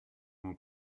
m’en